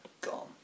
gone